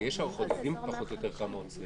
הרי יש הערכות, יודעים פחות או יותר כמה עוצרים.